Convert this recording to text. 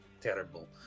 terrible